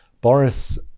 Boris